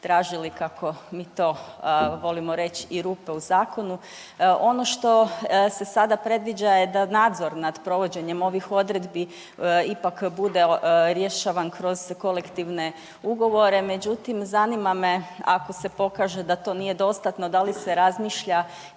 tražili kako mi to volimo reći i rupe u zakonu. Ono što se sada predviđa je da nadzor nad provođenjem ovih odredbi ipak bude rješavan kroz kolektivne ugovore, međutim zanima me ako se pokaže da to nije dostatno da li se razmišlja